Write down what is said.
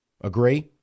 Agree